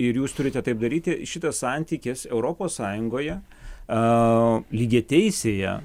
ir jūs turite taip daryti šitas santykis europos sąjungoje a lygiateisėje